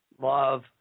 love